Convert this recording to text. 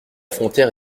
frontière